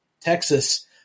Texas